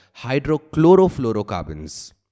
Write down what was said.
hydrochlorofluorocarbons